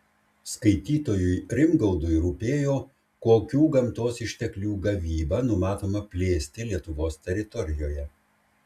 skaitytojui rimgaudui rūpėjo kokių gamtos išteklių gavybą numatoma plėsti lietuvos teritorijoje